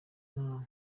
nta